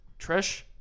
Trish